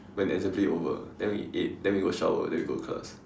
when assembly over then we ate then we go shower then we go class